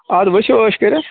ادٕ ؤسِو ٲش کٔرِتھ